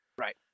Right